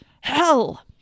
Hell